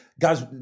guys –